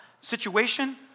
situation